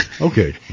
Okay